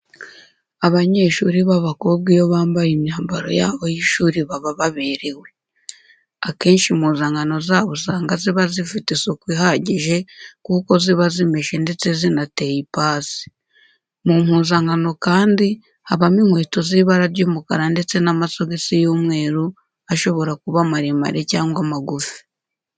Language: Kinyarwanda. Abanyeshuri b'abakobwa iyo bambaye imyambaro yabo y'ishuri baba baberewe. Akenshi impuzankano zabo usanga ziba zifite isuku ihagije kuko ziba zimeshe ndetse zinateye ipasi. Mu mpuzankano kandi habamo inkweto z'ibara ry'umukara ndetse n'amasogisi y'umweru ashobora kuba maremare cyangwa magufi.